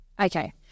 Okay